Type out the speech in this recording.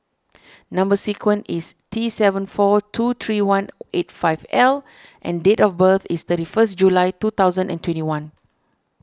Number Sequence is T seven four two three one eight five L and date of birth is thirty first July two thousand and twenty one